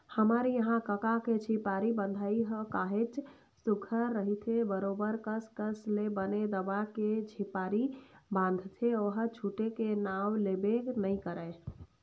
हमर इहाँ कका के झिपारी बंधई ह काहेच सुग्घर रहिथे बरोबर कस कस ले बने दबा के झिपारी बांधथे ओहा छूटे के नांव लेबे नइ करय